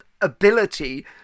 ability